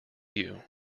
you